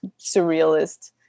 surrealist